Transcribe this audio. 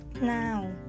now